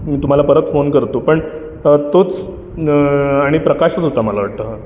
मी तुम्हाला परत फोन करतो पण तोच आणि प्रकाशच होता मला वाटतं हं